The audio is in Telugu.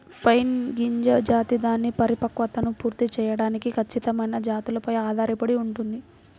పైన్ గింజ జాతి దాని పరిపక్వతను పూర్తి చేయడానికి ఖచ్చితమైన జాతులపై ఆధారపడి ఉంటుంది